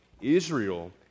Israel